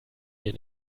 mir